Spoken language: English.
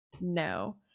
no